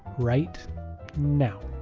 right now.